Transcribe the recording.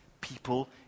people